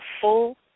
full